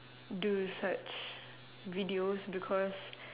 do such videos because